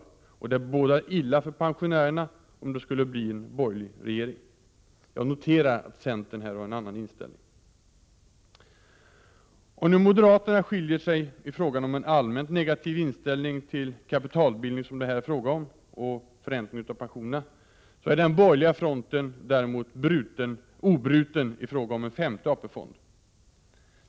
Det bådar illa för pensionärerna om det skulle bli en borgerlig regering. Jag noterar att centern här har en annan inställning. Om nu moderaterna skiljer ut sig och intar en allmänt negativ inställning till sådan kapitalbildning och förräntning av pensionerna som det här är fråga om, så är den borgerliga fronten obruten i fråga om en femte AP-fond.